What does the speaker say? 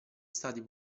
stati